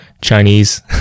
Chinese